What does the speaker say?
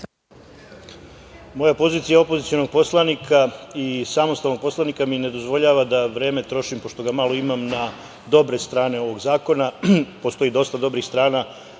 Moja pozicija opozicionog poslanika i samostalnog poslanika mi ne dozvoljava da vreme trošim, pošto ga malo imam, na dobre strane ovog zakona. Postoji dosta dobrih strana,